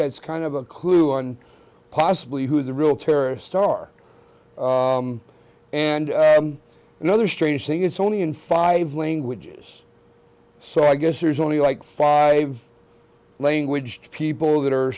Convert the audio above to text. that's kind of a clue on possibly who the real terrorists are and another strange thing it's only in five languages so i guess there's only like five language people that are